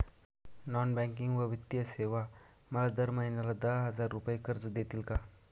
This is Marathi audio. नॉन बँकिंग व वित्तीय सेवा मला दर महिन्याला दहा हजार रुपये कर्ज देतील का?